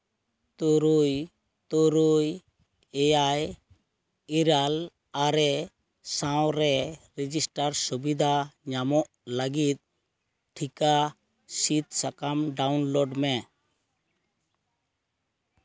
ᱛᱩᱨᱩᱭ ᱛᱩᱨᱩᱭ ᱮᱭᱟᱭ ᱤᱨᱟᱹᱞ ᱟᱨᱮ ᱥᱟᱶ ᱨᱮ ᱨᱮᱡᱤᱥᱴᱟᱨ ᱥᱩᱵᱤᱫᱟ ᱧᱟᱢᱚᱜ ᱞᱟᱹᱜᱤᱫ ᱴᱷᱤᱠᱟ ᱥᱤᱫᱽ ᱥᱟᱠᱟᱢ ᱰᱟᱣᱩᱱᱞᱳᱰ ᱢᱮ